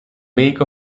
wake